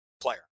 player